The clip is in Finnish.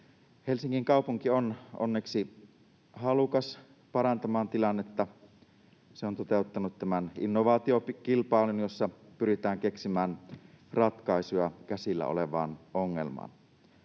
Helsingin kaupunki on onneksi halukas parantamaan tilannetta. Se on toteuttanut innovaatiokilpailun, jossa pyritään keksimään ratkaisuja käsillä olevaan ongelmaan.